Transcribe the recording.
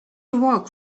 awoke